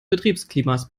betriebsklimas